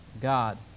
God